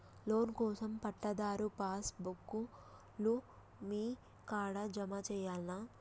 Loan కోసం పట్టాదారు passbook లు మీ కాడా జమ చేయల్నా?